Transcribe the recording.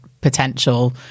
potential